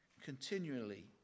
continually